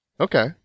Okay